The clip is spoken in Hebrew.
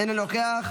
אינו נוכח,